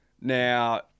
Now